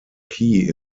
key